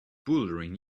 bouldering